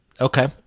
Okay